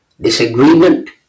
disagreement